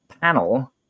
panel